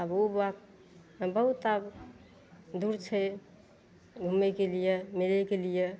आब उ बात बहुत आब दूर छै घूमयके लिये मिलयके लिये